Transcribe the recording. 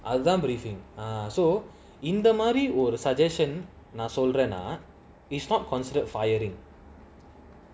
ah some briefing err so இந்தமாதிரிஒரு:indha madhiri oru or the suggestion நான்சொல்றேன்னா:nan solrena ah is not considered firing